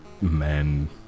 men